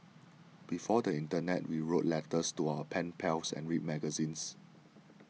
before the internet we wrote letters to our pen pals and read magazines